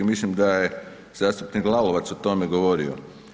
Mislim da je zastupnik Lalovac o tome govorio.